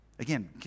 Again